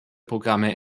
programme